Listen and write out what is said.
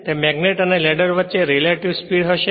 તે મેગ્નેટ અને લેડર વચ્ચે એક રેલેટીવ સ્પીડ હશે